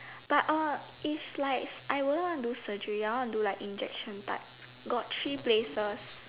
but uh is like I wouldn't want to do surgery I want to do like injection type got three places